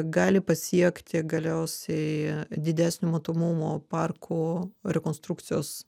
gali pasiekti galiausiai didesnio matomumo parkų rekonstrukcijos